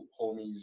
homies